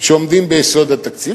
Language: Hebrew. שעומדים ביסוד התקציב,